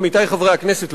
עמיתי חברי הכנסת,